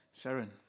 Sharon